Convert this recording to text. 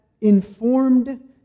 Informed